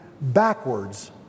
backwards